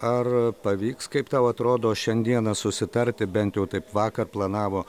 ar pavyks kaip tau atrodo šiandieną susitarti bent jau taip vakar planavo